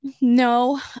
no